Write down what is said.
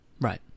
Right